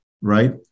right